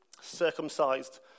circumcised